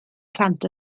plant